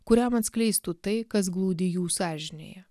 kuriam atskleistų tai kas glūdi jų sąžinėje